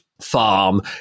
farm